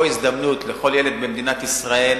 פה ההזדמנות לכל ילד במדינת ישראל,